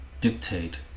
dictate